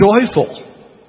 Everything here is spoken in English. joyful